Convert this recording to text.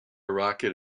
rocket